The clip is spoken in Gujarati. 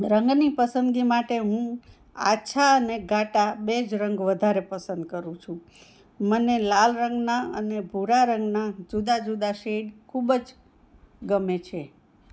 રંગની પસંદગી માટે હું આછા અને ઘાટા બેજ રંગ વધારે પસંદ કરું છું મને લાલ રંગના અને ભૂરા રંગના જુદા જુદા શેડ ખૂબ જ ગમે છે